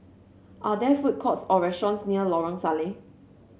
are there food courts or restaurants near Lorong Salleh